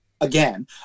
again